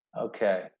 Okay